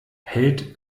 hält